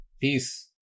Peace